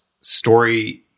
story